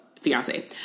fiance